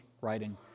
writing